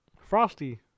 Frosty